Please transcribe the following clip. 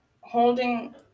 holding